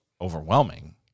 overwhelming